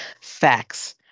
Facts